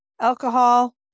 alcohol